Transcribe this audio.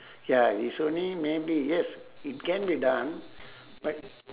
ya it's only maybe yes it can be done but